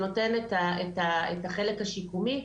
שנותן את החלק השיקומי.